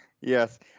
Yes